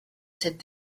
cette